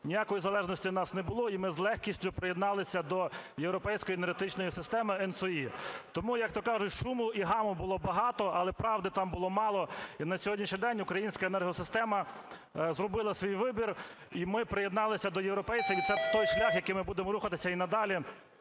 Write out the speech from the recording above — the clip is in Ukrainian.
ніякої залежності в нас не було, і ми з легкістю приєдналися до Європейської енергетичної системи ENTSO-E. Тому, як-то кажуть, шуму і гаму було багато, але правди там було мало. І на сьогоднішній день українська енергосистема зробила свій вибір, і ми приєдналися до європейців. І це той шлях, яким ми будемо рухатися і надалі.